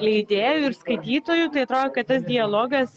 leidėjų ir skaitytojų tai atrodo kad tas dialogas